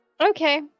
okay